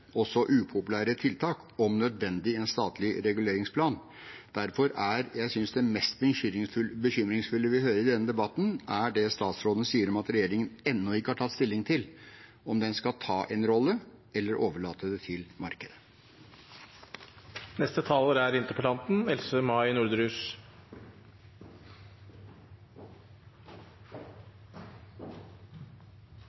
også upopulære tiltak, om nødvendig en statlig reguleringsplan. Derfor synes jeg det mest bekymringsfulle vi hører i denne debatten, er det statsråden sier om at regjeringen ennå ikke har tatt stilling til om den skal ta en rolle eller overlate det til